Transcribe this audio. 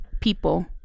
people